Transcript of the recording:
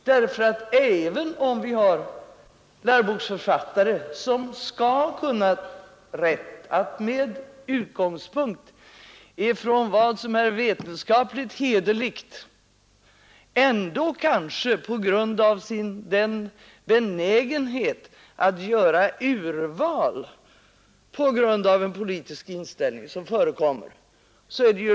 det finns ju läroboksförfattare som kan sina saker men som ändå med utgångspunkt i vad som är vetenskapligt hederligt har en benägenhet att göra ett urval i enlighet med egen politisk inställning.